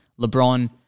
LeBron